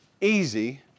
easy